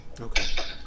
Okay